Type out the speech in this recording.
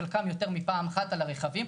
חלקם יותר מפעם אחת על הרכבים.